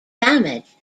damage